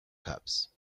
cups